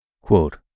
Quote